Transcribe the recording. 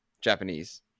japanese